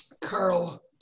Carl